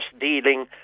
dealing